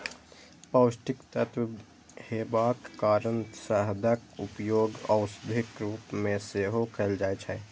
पौष्टिक तत्व हेबाक कारण शहदक उपयोग औषधिक रूप मे सेहो कैल जाइ छै